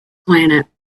planet